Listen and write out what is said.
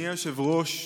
אדוני היושב-ראש,